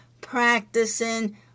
practicing